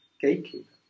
gatekeeper